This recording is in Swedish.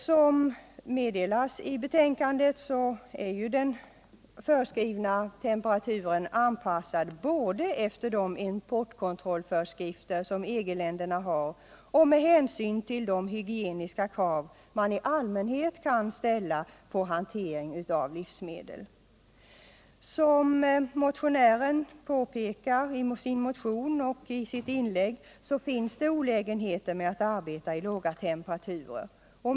Som meddelas i betänkandet är den föreskrivna temperaturen anpassad både till EG-ländernas importkontrollföreskrifter och till de hygieniska krav som man i allmänhet kan ställa på hantering av livsmedel. Som motionären påpekat i sin motion och i sitt inlägg finns det olägenheter med att arbeta i låga temperaturer.